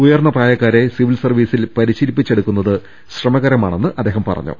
ഉയർന്ന പ്രായക്കാരെ സിവിൽ സർവീസിൽ പരിശീലിപ്പിച്ചെടുക്കുന്നത് ശ്രമകരമാണെന്ന് അദ്ദേഹം പറഞ്ഞു